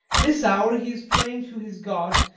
this hour he is praying to his god.